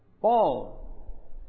Paul